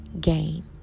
gain